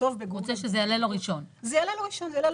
זה יעלה לו ראשון בחיפושים.